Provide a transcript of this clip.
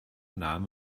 name